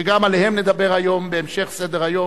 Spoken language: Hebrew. שגם עליהם נדבר היום בהמשך סדר-היום,